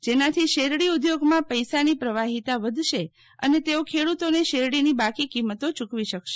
જેનાથી શેરડી ઉદ્યોગમાં પૈસાની પ્રવાહીતા વધશે અને તેઓ ખેડૂતોને શેરડીની બાકી કિંમતો ચૂકવી શકશે